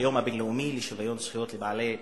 היום הבין-לאומי לשוויון זכויות לבעלי מוגבלויות,